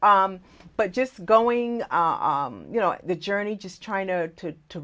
but just going you know the journey just trying to to